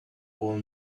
call